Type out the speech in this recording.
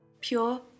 Pure